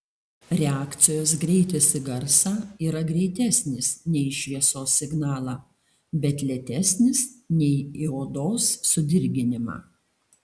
reakcijos greitis į garsą yra greitesnis nei į šviesos signalą bet lėtesnis nei į odos sudirginimą